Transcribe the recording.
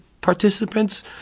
participants